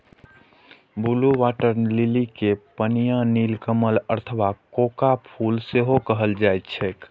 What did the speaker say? blue water lily कें पनिया नीलकमल अथवा कोका फूल सेहो कहल जाइ छैक